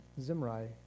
Zimri